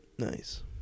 Nice